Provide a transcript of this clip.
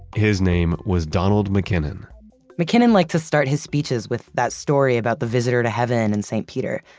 his name was donald mackinnon mackinnon liked to start his speeches with that story about the visitor to heaven and saint peter,